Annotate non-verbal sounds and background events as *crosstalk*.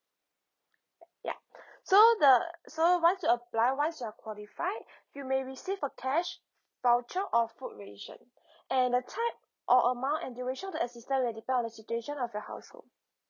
y~ ya *breath* so the so once you apply once you're qualified *breath* you may receive a cash voucher of food ration *breath* and the type or amount and duration of the assistance will depend on the situation of your household